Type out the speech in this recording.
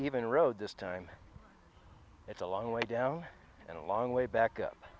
even road this time it's a long way down and a long way back up